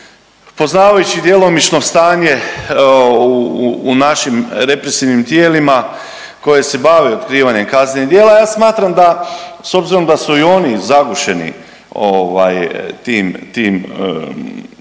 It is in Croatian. poznavajući djelomično stanje u našim represivnim tijelima koji se bave otkrivanjem kaznenih djela, ja smatram da, s obzirom da su i oni zagušeni ovaj, tim,